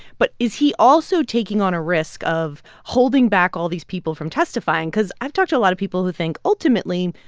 but is he also taking on a risk of holding back all these people from testifying? cause i've talked to a lot of people who think, ultimately,